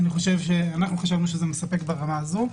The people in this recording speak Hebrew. אנחנו חשבנו שזה מספק ברמה הזו.